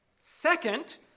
Second